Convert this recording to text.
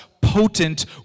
potent